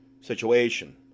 situation